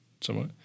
Somewhat